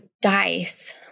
dice